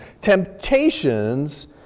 temptations